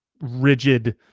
rigid